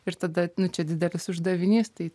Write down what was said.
ir tada čia didelis uždavinys tai